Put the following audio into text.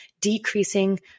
decreasing